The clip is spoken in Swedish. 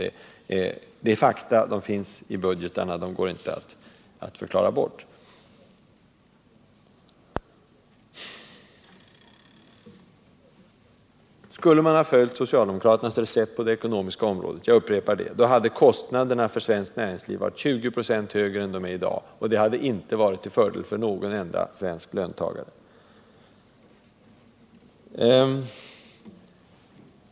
Det är fakta, det finns i budgetarna och går inte att förklara bort. Skulle man ha följt socialdemokraternas recept på det ekonomiska området — jag upprepar det — så hade kostnaderna för svenskt näringsliv varit 20 96 högre än de är i dag, och det hade inte varit till fördel för någon enda svensk löntagare.